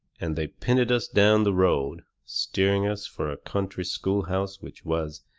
and they pinted us down the road, steering us fur a country schoolhouse which was,